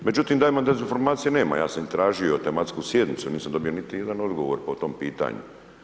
Međutim, da dezinformacije nema, ja sam tražio tematsku sjednicu, nisam dobio niti jedan odgovor po tom pitanju.